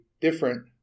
different